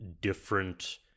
different